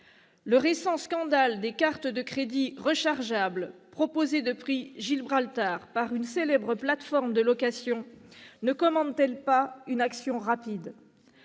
Le récent scandale des cartes de crédits rechargeables proposées depuis Gibraltar par une célèbre plate-forme de location ne commande-t-elle pas une action rapide ?